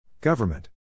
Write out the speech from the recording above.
Government